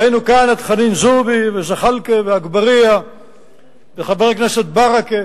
ראינו כאן את חנין זועבי וזחאלקה ואגבאריה וחבר הכנסת ברכה.